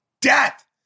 death